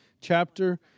chapter